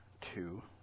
two